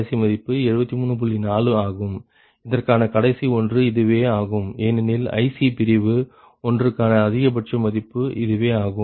4 ஆகும் இதற்கான கடைசி ஒன்று இதுவே ஆகும் ஏனெனில் ICபிரிவு ஒன்றுக்கான அதிகபட்ச மதிப்பு இதுவே ஆகும்